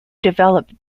developed